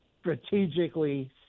strategically